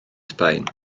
sbaen